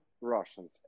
russians